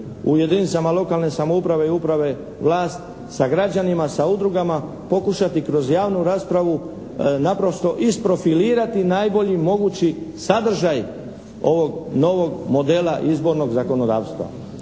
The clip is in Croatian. u jedinicama lokalne samouprave i uprave vlast sa građanima, sa udrugama pokušati kroz javnu raspravu naprosto isprofilirati najbolji mogući sadržaj ovog novog modela izbornog zakonodavstva.